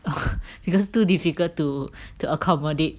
because too difficult to to accommodate